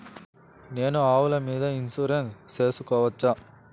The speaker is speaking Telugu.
నేను ఆవుల మీద ఇన్సూరెన్సు సేసుకోవచ్చా?